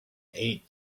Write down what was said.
eat